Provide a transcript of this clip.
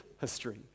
history